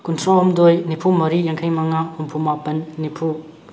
ꯀꯨꯟꯊ꯭ꯔꯥ ꯍꯨꯝꯗꯣꯏ ꯅꯤꯐꯨ ꯃꯔꯤ ꯌꯥꯡꯈꯩ ꯃꯉꯥ ꯍꯨꯝꯐꯨ ꯃꯥꯄꯟ ꯅꯤꯐꯨ